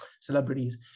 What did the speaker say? celebrities